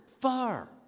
far